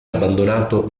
abbandonato